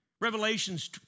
Revelations